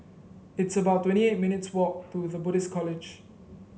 it's about twenty eight minutes' walk to The Buddhist College